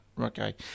okay